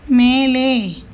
மேலே